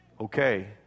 Okay